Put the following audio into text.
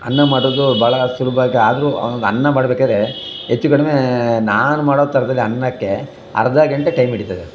ಅನ್ನ ಮಾಡೋದು ಬಹಳ ಸುಲಭವಾಗಿ ಆದರೂ ಒಂದು ಅನ್ನ ಮಾಡಬೇಕಾದ್ರೆ ಹೆಚ್ಚು ಕಡಿಮೆ ನಾನು ಮಾಡೋ ಥರದಲ್ಲಿ ಅನ್ನಕ್ಕೆ ಅರ್ಧ ಗಂಟೆ ಟೈಮ್ ಹಿಡಿತದೆ